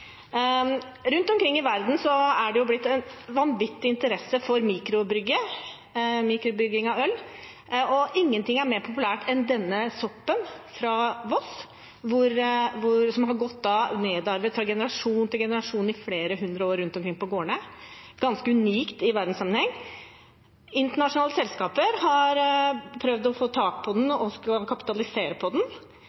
Rundt omkring i verden er det blitt en vanvittig interesse for mikrobrygging av øl. Og ingen ting er mer populært enn denne soppen fra Voss, som er nedarvet fra generasjon til generasjon i flere hundre år på gårdene. Det er ganske unikt i verdenssammenheng. Internasjonale selskaper har prøvd å få tak i den